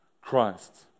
Christ